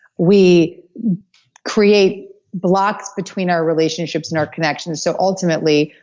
we create blocks between our relationships and our connections. so ultimately,